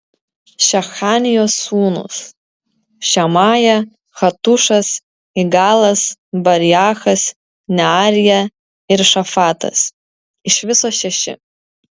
šechanijos sūnūs šemaja hatušas igalas bariachas nearija ir šafatas iš viso šeši